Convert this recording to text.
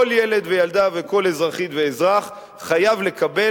כל ילד וילדה וכל אזרחית ואזרח חייבים לקבל